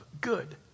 good